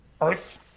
Earth